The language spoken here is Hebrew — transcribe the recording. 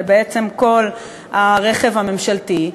ובעצם על כל הרכב הממשלתי,